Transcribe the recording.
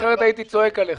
אחרת, הייתי צועק עליך.